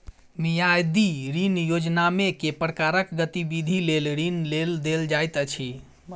मियादी ऋण योजनामे केँ प्रकारक गतिविधि लेल ऋण देल जाइत अछि